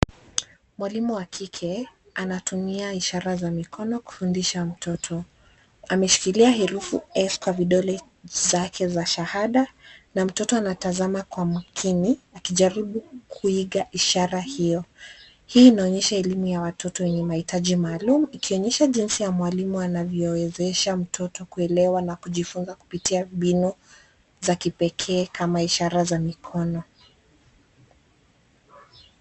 Mwalimu wa kike anatumia ishara za mikono kufundisha mtoto. Ameshikilia herufi S kwa vidole zake za shahada na mtoto anatazama kwa makini, akijaribu kuiga ishara hiyo. Hii inaonyesha elimu ya watoto wa mahitaji maalum, ikonyesha jinsi mwalimu anavyomwezesha mtoto kuelewa na kujifunza kupitia mbinu za kipekee kama ishara za mikono.